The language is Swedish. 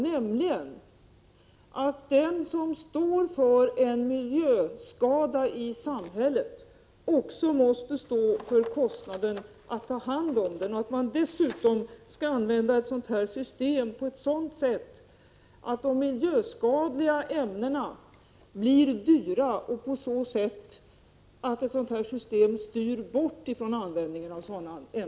Jag sade att den som står för en miljöskada i samhället också måste stå för kostnaden att ta hand om den och att man dessutom skall använda ett sådant här system så att de miljöskadliga ämnena blir dyrare; på så sätt styr man bort från användningen av dem.